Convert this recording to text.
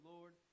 Lord